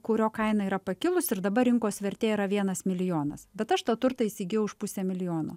kurio kaina yra pakilus ir dabar rinkos vertė yra vienas milijonas bet aš tą turtą įsigijau už pusę milijono